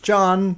John